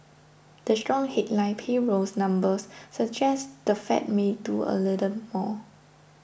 the strong headline payrolls numbers suggest the Fed may do a little more